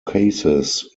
cases